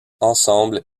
ensemble